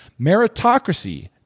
meritocracy